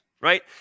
right